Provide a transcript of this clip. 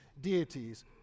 deities